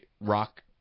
Rock